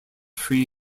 free